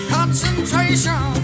Concentration